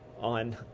on